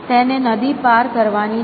તેને નદી પાર કરવાની છે